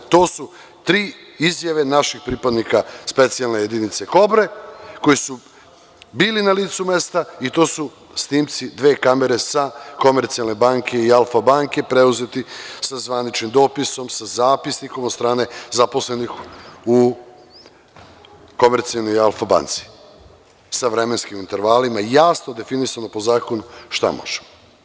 To su tri izjave naših pripadnika Specijalne jedinice „Kobre“, koji su bili na licu mesta i tu su snimci dve kamere sa „Komercijalne banke“ i „Alfa banke“, preuzeti sa zvaničnim dopisom, sa zapisnikom od strane zaposlenih u „Komercijalnoj“ i „Alfa banci“ sa vremenskim intervalima i jasno je definisano po zakonu šta možemo.